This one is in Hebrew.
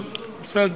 טוב, בסדר.